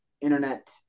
internet